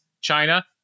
China